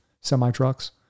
semi-trucks